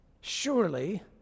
surely